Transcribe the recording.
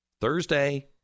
thursday